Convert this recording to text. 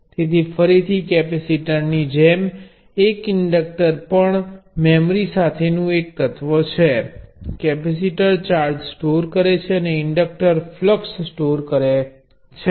તેથી ફરીથી કેપેસિટરની જેમ એક ઇન્ડક્ટર પણ મેમરી સાથેનું એક એલિમેન્ટછે કેપેસિટર ચાર્જ સ્ટોર કરે છે અને ઇન્ડક્ટર ફ્લક્સ સ્ટોર કરે છે